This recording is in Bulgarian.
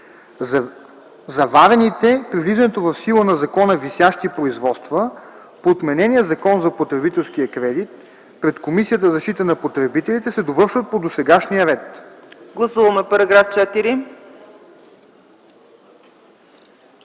Заварените при влизането в сила на закона висящи производства по отменения Закон за потребителския кредит пред Комисията за защита на потребителите се извършва по досегашния ред.” ПРЕДСЕДАТЕЛ